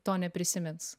to neprisimins